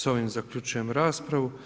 S ovim zaključujem raspravu.